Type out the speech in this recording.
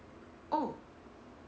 oh